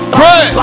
Pray